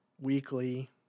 weekly